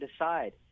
decide